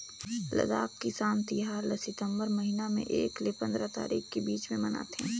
लद्दाख किसान तिहार ल सितंबर महिना में एक ले पंदरा तारीख के बीच में मनाथे